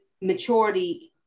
maturity